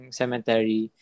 cemetery